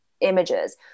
images